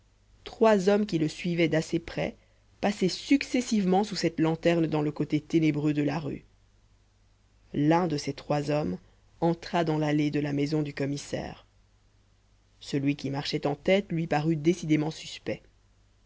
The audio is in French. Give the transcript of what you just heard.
trois hommes qui le suivaient d'assez près passer successivement sous cette lanterne dans le côté ténébreux de la rue l'un de ces trois hommes entra dans l'allée de la maison du commissaire celui qui marchait en tête lui parut décidément suspect